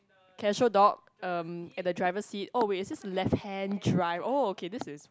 casual dog um at the driver seat oh wait is this left hand drive oh okay this is